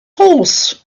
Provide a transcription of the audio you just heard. horse